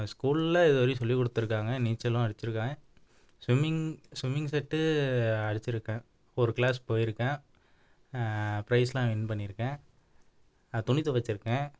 ஸ்கூலில் இது வரையும் சொல்லி கொடுத்துருக்காங்க நீச்சலும் அடிச்சுருக்கேன் ஸ்விம்மிங் ஸ்விம்மிங் செட்டு அடிச்சுருக்கேன் ஒரு க்ளாஸ் போயிருக்கேன் ப்ரைஸ்லாம் வின் பண்ணியிருக்கேன் துணி தொவைச்சிருக்கேன்